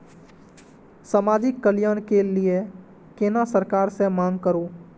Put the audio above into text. समाजिक कल्याण के लीऐ केना सरकार से मांग करु?